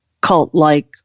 cult-like